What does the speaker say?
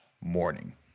morning